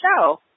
show